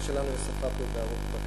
כמו שלנו יש שפה פה בכנסת,